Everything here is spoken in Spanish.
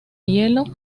hielo